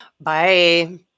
Bye